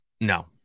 no